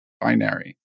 binary